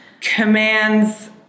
commands